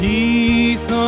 Peace